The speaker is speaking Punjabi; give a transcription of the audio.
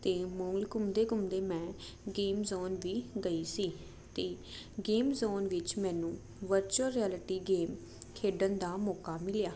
ਮੋਲ ਘੁੰਮਦੇ ਘੁੰਮਦੇ ਮੈਂ ਗੇਮ ਜ਼ੋਨ ਵੀ ਗਈ ਸੀ ਤੇ ਗੇਮ ਜ਼ੋਨ ਵਿੱਚ ਮੈਨੂੰ ਵਰਚੁਅਲ ਰਿਐਲਿਟੀ ਗੇਮ ਖੇਡਣ ਦਾ ਮੌਕਾ ਮਿਲਿਆ